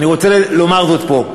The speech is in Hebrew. אני רוצה לומר זאת פה,